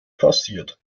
passiert